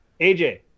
AJ